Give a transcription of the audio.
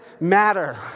matter